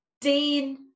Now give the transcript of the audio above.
Dean